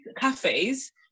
cafes